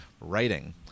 writing